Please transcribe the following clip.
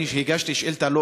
אני הגשתי שאילתה,